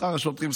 שכר השוטרים,